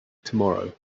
tomorrow